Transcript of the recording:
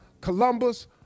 columbus